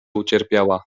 ucierpiała